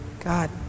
God